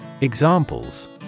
Examples